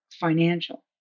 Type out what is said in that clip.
financial